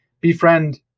befriend